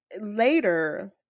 later